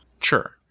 Sure